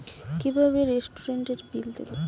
কিভাবে রেস্টুরেন্টের বিল দেবো?